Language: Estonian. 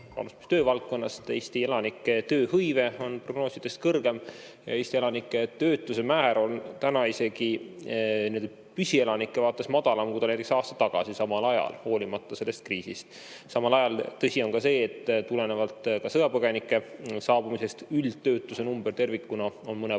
töövaldkonnast Eesti elanike tööhõive on prognoosidest kõrgem ja Eesti elanike töötuse määr on täna isegi püsielanike vaatas madalam, kui ta oli näiteks aasta tagasi samal ajal, hoolimata kriisist. Samal ajal, tõsi on ka see, et tulenevalt sõjapõgenike saabumisest üldtöötuse number tervikuna on mõnevõrra